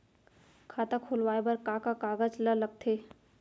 खाता खोलवाये बर का का कागज ल लगथे?